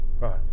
right